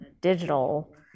digital